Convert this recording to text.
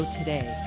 today